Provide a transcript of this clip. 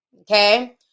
Okay